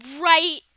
right